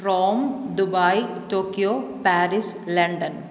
Rome Dubai Tokyo Paris London